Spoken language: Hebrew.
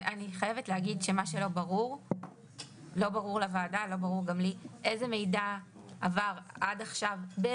חייבת להגיד שלא ברור לוועדה ולא ברור גם לי איזה מידע עבר עד עכשיו.